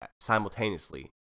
simultaneously